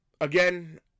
again